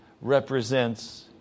represents